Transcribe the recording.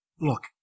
look